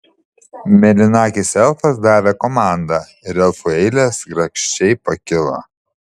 mėlynakis elfas davė komandą ir elfų eilės grakščiai pakilo